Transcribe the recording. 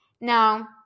now